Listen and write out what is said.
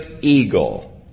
eagle